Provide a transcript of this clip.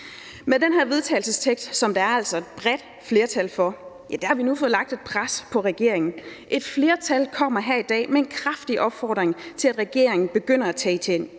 forslag til vedtagelse, som der altså er et bredt flertal bag, har vi nu fået lagt et pres på regeringen. Et flertal kommer her i dag med en kraftig opfordring til, at regeringen begynder at tage